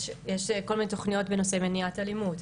יש כל מיני תוכניות בנושאי מניעת אלימות.